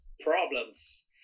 problems